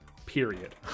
Period